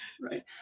Right